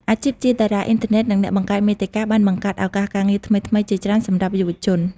អាជីពជាតារាអុីនធឺណិត និងអ្នកបង្កើតមាតិកាបានបង្កើតឱកាសការងារថ្មីៗជាច្រើនសម្រាប់យុវជន។